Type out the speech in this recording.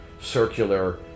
circular